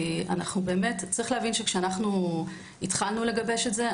כי כשהתחלנו לגבש את זה,